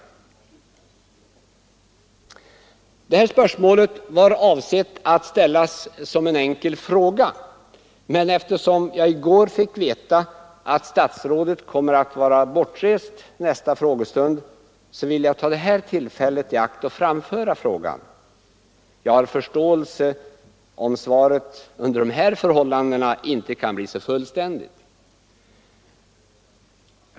Detta spörsmål hade jag tänkt ställa som en enkel fråga, men eftersom jag i går fick veta att statsrådet kommer att vara bortrest vid tiden för nästa frågestund vill jag ta detta tillfälle i akt och framställa frågan. Jag har förståelse för att svaret under de här förhållandena kanske inte kan bli så fullständigt.